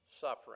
suffering